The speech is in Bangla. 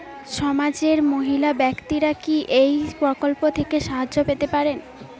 সমাজের মহিলা ব্যাক্তিরা কি এই প্রকল্প থেকে সাহায্য পেতে পারেন?